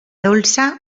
dolça